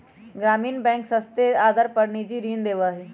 ग्रामीण बैंक सस्ते आदर पर निजी ऋण देवा हई